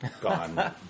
gone